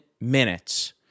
minutes